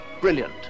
Brilliant